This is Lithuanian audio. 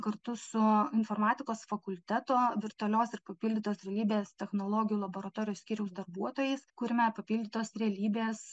kartu su informatikos fakulteto virtualios ir papildytos realybės technologijų laboratorijos skyriaus darbuotojais kuriame papildytos realybės